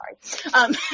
sorry